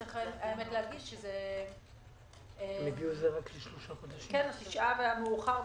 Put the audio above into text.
צריך להגיד שזה תשעה חודשים והמאוחר ביניהם.